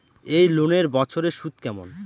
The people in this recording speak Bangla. এই লোনের বছরে সুদ কেমন?